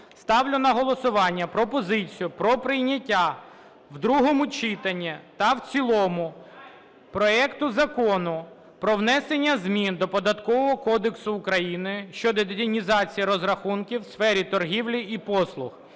Ставлю на голосування пропозицію про прийняття в другому читанні та в цілому проект Закону про внесення змін до Податкового кодексу України щодо детінізації розрахунків в сфері торгівлі і послуг